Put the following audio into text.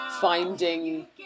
finding